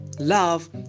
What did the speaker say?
love